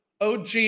OG